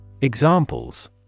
Examples